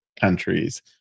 countries